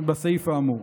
בסעיף האמור.